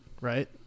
right